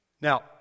Now